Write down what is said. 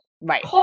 Right